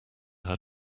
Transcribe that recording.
had